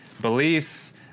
Beliefs